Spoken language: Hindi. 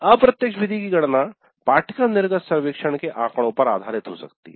अप्रत्यक्ष विधि की गणना पाठ्यक्रम निर्गत सर्वेक्षण के आंकड़ों पर आधारित हो सकती है